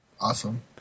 Awesome